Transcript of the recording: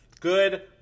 Good